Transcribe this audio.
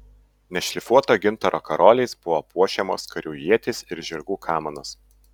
nešlifuoto gintaro karoliais buvo puošiamos karių ietys ir žirgų kamanos